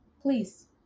Please